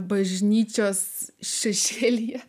bažnyčios šešėlyje